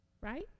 right